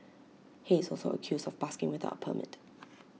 he is also accused of busking without A permit